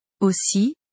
Aussi